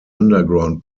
underground